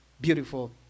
Beautiful